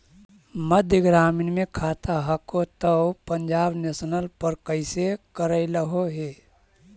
मध्य ग्रामीण मे खाता हको तौ पंजाब नेशनल पर कैसे करैलहो हे?